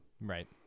Right